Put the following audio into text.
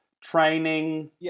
training